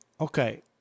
Okay